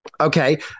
Okay